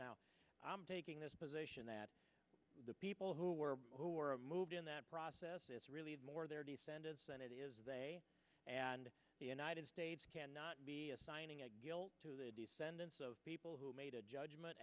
now i'm taking this position that the people who were who were moved in that process it's really more their descendants than it is they and the united states cannot be assigning it to the descendants of people who made a judgment